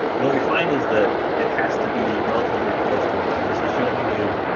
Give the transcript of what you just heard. and what we find is that it has to be relatively close to a line this is showing you,